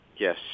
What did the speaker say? Yes